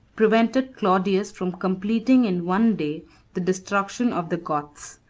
prevented claudius from completing in one day the destruction of the goths.